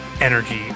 energy